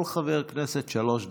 כל חבר כנסת, שלוש דקות.